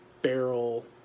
barrel